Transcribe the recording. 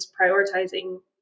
prioritizing